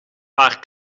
paar